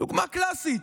דוגמה קלאסית,